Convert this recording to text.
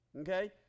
Okay